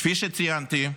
כפי שציינתי,